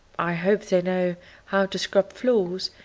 i hope they know how to scrub floors,